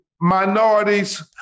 minorities